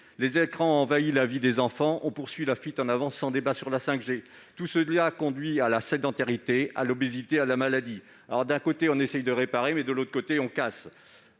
les écrans ont envahi la vie des enfants ; on poursuit la fuite en avant sans débat sur la 5G. Tout cela conduit à la sédentarité, à l'obésité et à la maladie. D'un côté, on essaye de réparer, mais, de l'autre, on casse.